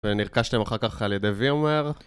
ונרכשתם אחר כך על ידי VMWARE